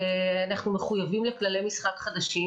ואנחנו מחויבים לכללי משחק חדשים,